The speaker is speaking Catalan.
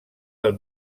del